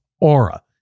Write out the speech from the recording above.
Aura